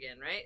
right